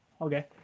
Okay